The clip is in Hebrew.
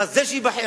וזה שייבחר,